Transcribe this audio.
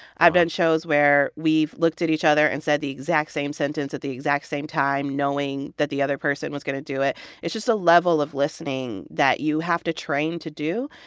i've done shows where we've looked at each other and said the exact same sentence at the exact same time knowing that the other person was going to do it it's just a level of listening that you have to train to do,